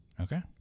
Okay